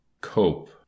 cope